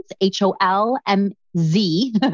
H-O-L-M-Z